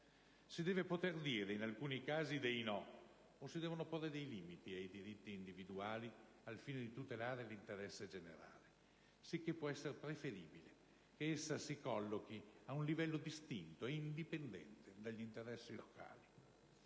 Si deve poter dire, in alcuni casi, dei no, o si devono porre dei limiti ai diritti individuali al fine di tutelare l'interesse generale, sicché può essere preferibile che essa si collochi ad un livello distinto e indipendente dagli interessi locali.